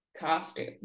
costume